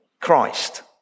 Christ